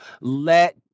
let